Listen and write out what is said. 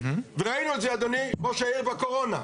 וראינו את זה אדוני ראש העיר בקורונה.